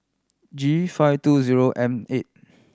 G five two zero M eight